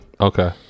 Okay